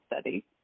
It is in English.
study